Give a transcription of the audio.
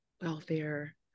welfare